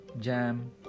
Jam